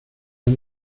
han